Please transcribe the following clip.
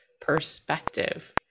perspective